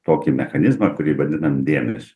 tokį mechanizmą kurį vadinam dėmes